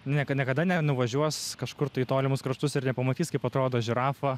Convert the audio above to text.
nieka niekada nenuvažiuos kažkur tai į tolimus kraštus ir nepamatys kaip atrodo žirafa